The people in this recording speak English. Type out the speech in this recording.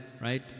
Right